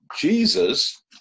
Jesus